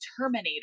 Terminator